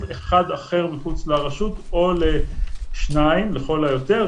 אחד אחר מחוץ לרשות או לשניים לכל היותר.